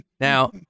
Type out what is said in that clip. Now